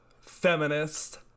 feminist